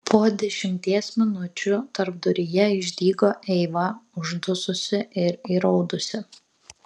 po dešimties minučių tarpduryje išdygo eiva uždususi ir įraudusi